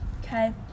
Okay